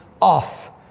off